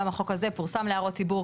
גם החוק הזה פורסם להערות ציבור.